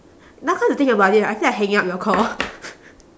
now come to think about it right I feel like hanging up your call